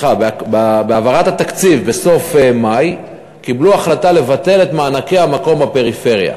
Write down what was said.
בהעברת התקציב בסוף מאי קיבלו החלטה לבטל את מענקי המקום בפריפריה.